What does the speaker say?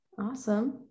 Awesome